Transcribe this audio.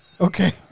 Okay